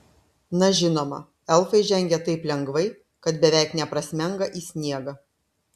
na žinoma elfai žengia taip lengvai kad beveik neprasmenga į sniegą